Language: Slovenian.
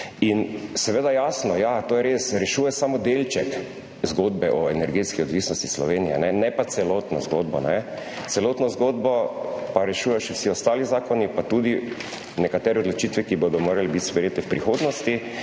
In seveda jasno, ja, to je res, rešuje samo delček zgodbe o energetski odvisnosti Slovenije, ne pa celotno zgodbo. Celotno zgodbo pa rešujejo še vsi ostali zakoni, pa tudi nekatere odločitve, ki bodo morale biti sprejete v prihodnosti.